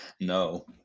No